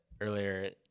earlier